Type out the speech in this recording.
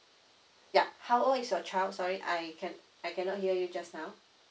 yeuh how old is your child sorry I can I cannot hear you just now